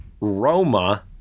Roma